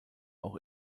auch